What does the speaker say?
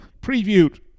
previewed